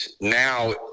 now